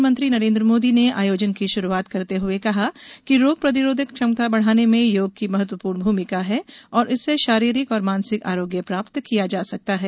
प्रधानमंत्री नरेन्द्र मोदी ने आयोजन की शुरूआत करते हुए कहा कि रोग प्रतिरोधक क्षमता बढ़ाने में योग की महत्वपूर्ण भूमिका है और इससे शारीरिक और मानसिक आरोग्य प्राप्त किया जा सकता है